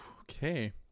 okay